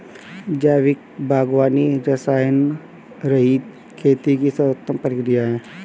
जैविक बागवानी रसायनरहित खेती की सर्वोत्तम प्रक्रिया है